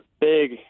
big